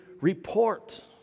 report